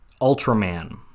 Ultraman